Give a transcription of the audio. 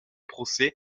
procès